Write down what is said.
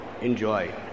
enjoy